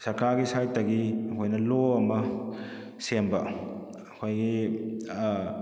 ꯁꯔꯀꯥꯔꯒꯤ ꯁꯥꯏ꯭ꯗꯇꯒꯤ ꯑꯩꯈꯣꯏꯅ ꯂꯣ ꯑꯃ ꯁꯦꯝꯕ ꯑꯩꯈꯣꯏꯒꯤ